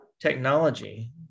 technology